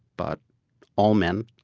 but all men,